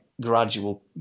gradual